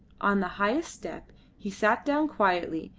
on the highest step he sat down quietly,